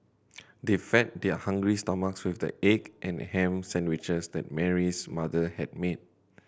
they fed their hungry stomachs with the egg and ham sandwiches that Mary's mother had made